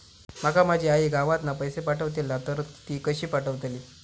माका माझी आई गावातना पैसे पाठवतीला तर ती कशी पाठवतली?